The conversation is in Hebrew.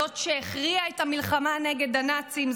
זאת שהכריעה את המלחמה נגד הנאצים,